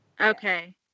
okay